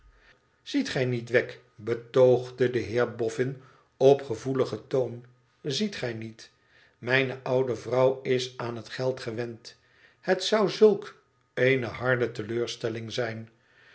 ziet gij niet wegg betoogde de heer boffin op gevoeligen toon tziet gij niet mijne oude vrouw is aan het geld gewend het zou zulk eene harde teleurstelling zijn